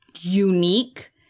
unique